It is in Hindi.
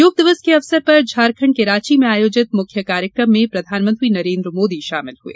योग दिवस के अवसर पर झारखंड के रांची में आयोजित मुख्य कार्यक्रम में प्रधानमंत्री नरेन्द्र मोदी शामिल हुए